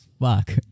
fuck